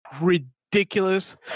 ridiculous